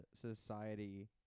society